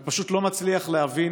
אני פשוט לא מצליח להבין